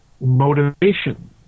motivation